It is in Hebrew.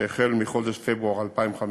שהחל בחודש פברואר 2015,